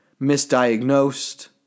misdiagnosed